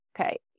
okay